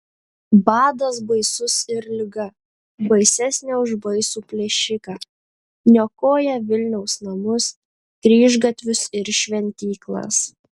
badas baisus ir liga baisesnė už baisų plėšiką niokoja vilniaus namus kryžgatvius ir šventyklas